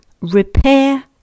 Repair